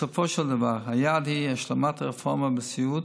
בסופו של דבר היעד הוא השלמת הרפורמה בסיעוד